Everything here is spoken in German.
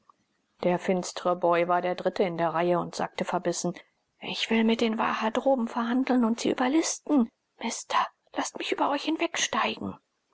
der finstre boy war der dritte in der reihe und sagte verbissen ich will mit den waha droben verhandeln und sie überlisten mister laßt mich über euch